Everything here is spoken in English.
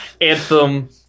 Anthem